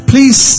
Please